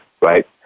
right